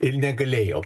ir negalėjo